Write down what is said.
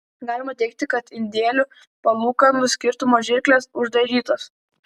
galima teigti kad indėlių palūkanų skirtumo žirklės uždarytos